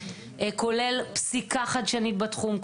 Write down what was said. כולל פסיקה חדשנית בתחום,